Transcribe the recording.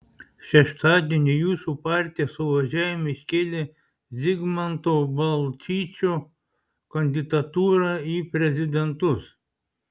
šeštadienį jūsų partija suvažiavime iškėlė zigmanto balčyčio kandidatūrą į prezidentus